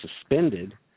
suspended